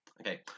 Okay